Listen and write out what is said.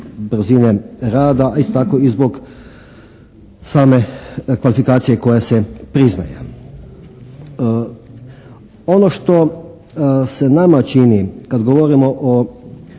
brzine rada a isto tako i zbog same kvalifikacije koja se priznaje. Ono što se nama čini kad govorimo o